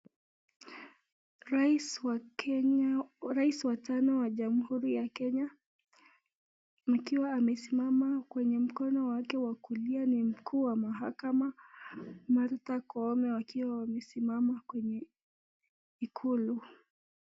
Rais wa Kenya, rais wa tano wa jamuhuri wa Kenya akiwa amesimama kwenye mkono wake wa kulia ni mkuu wa mahakamaa, Martha Koome, wakiwa wamesimama kwenye ikulu.